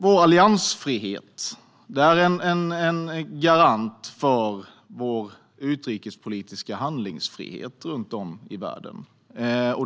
Vår alliansfrihet är en garant för vår utrikespolitiska handlingsfrihet runt om i världen.